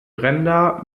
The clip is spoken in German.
brenda